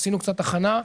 ועשינו קצת הכנה,